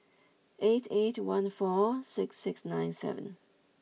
eight eight one four six six nine seven